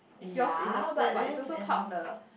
yours is a school but is also part of the